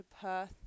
Perth